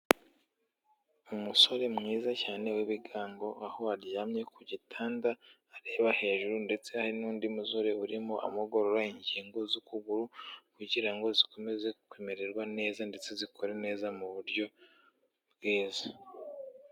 Umusore mwiza cyane w'ibigango aho aryamye ku gitanda areba hejuru ndetse hari n'undi musore urimo amugorora ingingo z'ukuguru kugira ngo zikomeze kumererwa neza ndetse zikore neza mu buryo bwiza.